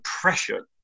pressure